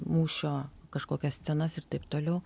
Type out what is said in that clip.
mūšio kažkokias scenas ir taip toliau